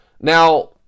Now